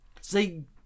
See